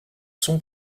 sont